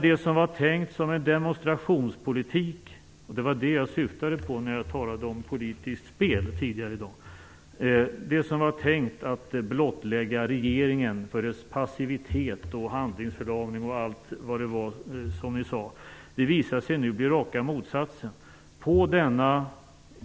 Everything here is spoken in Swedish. Det som var tänkt som en demonstrationspolitik - det var det jag syftade på när jag tidigare i dag talade om politiskt spel - för att blottlägga regeringens passivitet och handlingsförlamning och allt var det var, visar sig nu bli raka motsatsen.